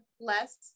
less